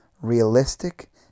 realistic